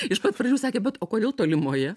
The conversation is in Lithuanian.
iš pat pradžių sakė bet o kodėl tolimoje